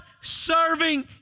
serving